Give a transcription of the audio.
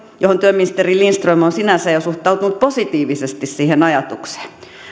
johon työministeri lindström on sinänsä jo suhtautunut positiivisesti siihen ajatukseen